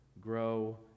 grow